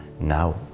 now